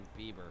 Bieber